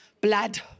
blood